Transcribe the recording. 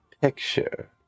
Picture